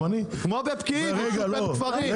באופן זמני.